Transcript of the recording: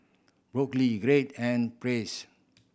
Brooklyn Gearld and